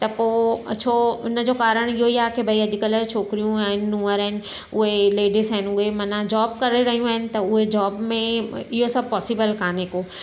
त पोइ छो उनजो कारणु इहो ई आहे के भई अॼुकल्ह छोकिरियूं आहिनि नुंहंर आहिनि उहे लेडीस आहिनि उहे माना जॉब करे रहियूं आहिनि त उहे जॉब में इहे सभु पॉसिबल कान्हे को